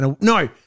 No